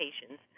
patients